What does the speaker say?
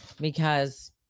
Because-